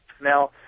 now